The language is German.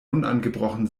unangebrochen